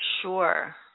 Sure